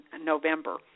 November